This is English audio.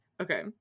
Okay